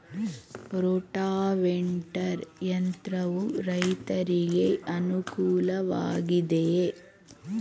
Rotavator ಯಂತ್ರವು ರೈತರಿಗೆ ಅನುಕೂಲ ವಾಗಿದೆಯೇ?